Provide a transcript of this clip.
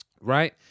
right